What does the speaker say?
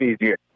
easier